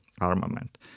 armament